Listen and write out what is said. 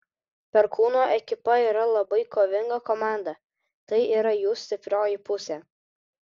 perkūno ekipa yra labai kovinga komanda tai yra jų stiprioji pusė